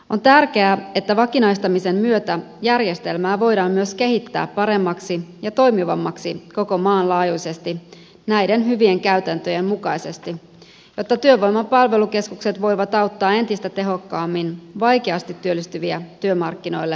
on tärkeää että vakinaistamisen myötä järjestelmää voidaan myös kehittää paremmaksi ja toimivammaksi koko maan laajuisesti näiden hyvien käytäntöjen mukaisesti jotta työvoiman palvelukeskukset voivat auttaa entistä tehokkaammin vaikeasti työllistyviä työmarkkinoille tässäkin työllisyystilanteessa